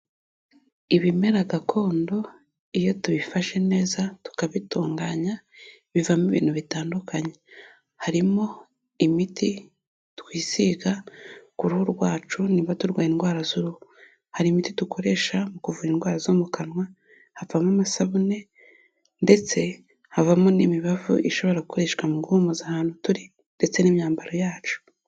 Ibimera gakondo iyo tubifashe neza, tukabitunganya bivamo ibintu bitandukanye, harimo imiti twisiga ku ruhu rwacu niba turwaye indwara z'uruhu, hari imiti dukoresha mu kuvura indwara zo mu kanwa, havamo amasabune, ndetse havamo n'imibavu ishobora gukoreshwa mu guhumuza ahantu turi, ndetse n'imyambaro yacu.